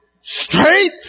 Straight